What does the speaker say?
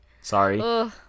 Sorry